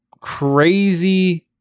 crazy